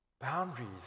Boundaries